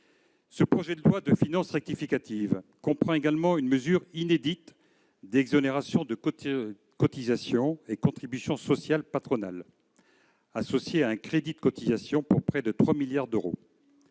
Le projet de loi de finances rectificative comprend également une mesure inédite d'exonération de cotisations et de contributions sociales patronales, associée à un crédit de cotisations à hauteur de 3 milliards d'euros.